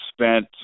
spent